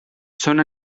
són